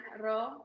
Ro